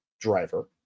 driver